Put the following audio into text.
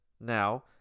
Now